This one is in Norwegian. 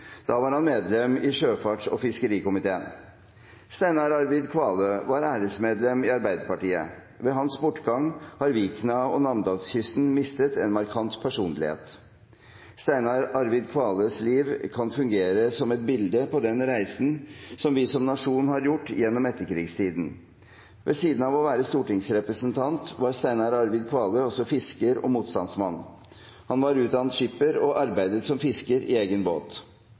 Da var han medlem i sjøfarts- og fiskerikomiteen. Steiner Arvid Kvalø var æresmedlem i Arbeiderpartiet. Ved hans bortgang har Vikna og Namdalskysten mistet en markant personlighet. Steiner Arvid Kvaløs liv kan fungere som et bilde på den reisen vi som nasjon har gjort gjennom krigstiden. Ved siden av å være stortingsrepresentant var Steiner Arvid Kvalø også fisker og motstandsmann. Han var utdannet skipper og arbeidet som fisker i egen båt.